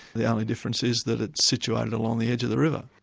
the only difference is that it's situated along the edge of the river.